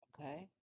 Okay